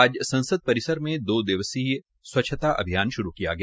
आज संसद परिसर में दो दिवसीय स्वच्छता अभियान शुरू किया गया